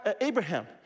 Abraham